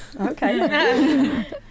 Okay